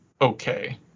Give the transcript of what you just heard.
okay